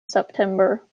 september